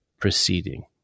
proceeding